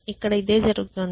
ఇక్కడ ఇదే జరుగుతోంది